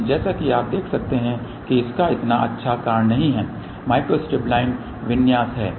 लेकिन जैसा कि आप देख सकते हैं कि इसका इतना अच्छा कारण नहीं है कि माइक्रोस्ट्रिप लाइन विन्यास है